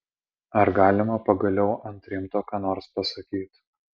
ar galima pagaliau ant rimto ką nors pasakyt